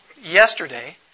yesterday